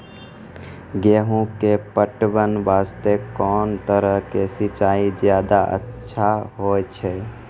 गेहूँ के पटवन वास्ते कोंन तरह के सिंचाई ज्यादा अच्छा होय छै?